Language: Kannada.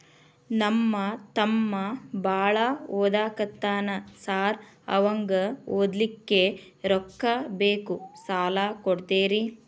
ನಮ್ಮ ತಮ್ಮ ಬಾಳ ಓದಾಕತ್ತನ ಸಾರ್ ಅವಂಗ ಓದ್ಲಿಕ್ಕೆ ರೊಕ್ಕ ಬೇಕು ಸಾಲ ಕೊಡ್ತೇರಿ?